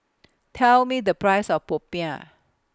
Tell Me The Price of Popiah